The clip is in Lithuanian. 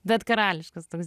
bet karališkas toks